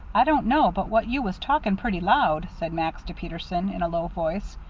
i don't know but what you was talking pretty loud, said max to peterson, in a low voice.